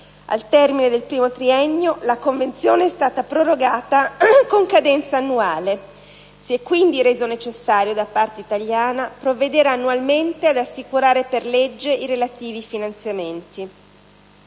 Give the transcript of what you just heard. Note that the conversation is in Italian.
Al termine del primo triennio la Convenzione è stata prorogata con cadenza annuale; si è quindi reso necessario, da parte italiana, provvedere annualmente ad assicurare per legge i relativi finanziamenti.